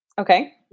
Okay